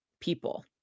people